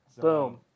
Boom